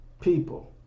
people